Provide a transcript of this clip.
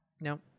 no